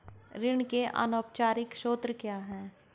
ऋण के अनौपचारिक स्रोत क्या हैं?